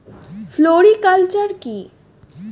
Floriculture কি?